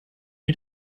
you